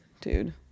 dude